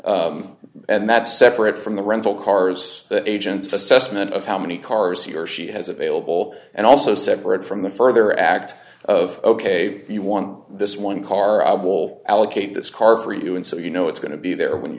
available and that's separate from the rental cars that agents assessment of how many cars he or she has available and also separate from the further act of a you want this one car i will allocate this car for you and so you know it's going to be there when you